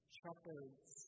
shepherds